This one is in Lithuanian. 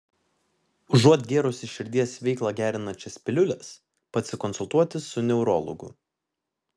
užuot gėrusi širdies veiklą gerinančias piliules pasikonsultuoti su neurologu